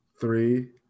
Three